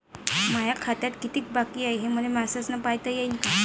माया खात्यात कितीक बाकी हाय, हे मले मेसेजन पायता येईन का?